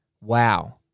wow